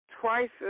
Twice